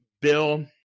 bill